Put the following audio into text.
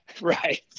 right